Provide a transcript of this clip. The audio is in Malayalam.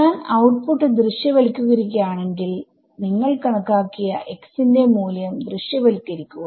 ഞാൻ ഔട്ട്പുട്ട് ദൃശ്യവൽക്കരിക്കുകയാണെങ്കിൽ നിങ്ങൾ കണക്കാക്കിയ x ന്റെ മൂല്യം ദൃശ്യവൽക്കരിക്കുക